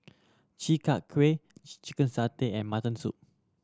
Chi Kak Kuih chicken satay and mutton soup